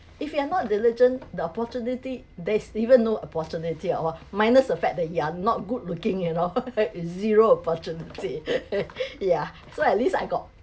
if you are not diligent the opportunity there's even no opportunity or what minus the fact that you are not good looking you know zero opportunity yeah so at least I got